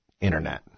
Internet